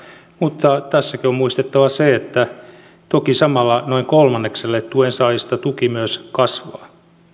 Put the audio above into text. mutta tässäkin on muistettava se että toki samalla noin kolmanneksella tuensaajista tuki myös kasvaa